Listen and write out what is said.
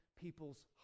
people's